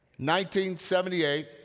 1978